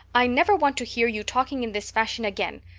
i never want to hear you talking in this fashion again.